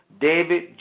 David